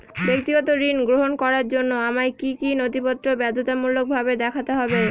ব্যক্তিগত ঋণ গ্রহণ করার জন্য আমায় কি কী নথিপত্র বাধ্যতামূলকভাবে দেখাতে হবে?